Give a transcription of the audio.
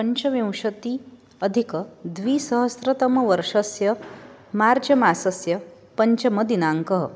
पञ्चविंशत्यधिक द्विसहस्रतमवर्षस्य मार्च मासस्य पञ्चमदिनाङ्कः